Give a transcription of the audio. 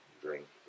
drink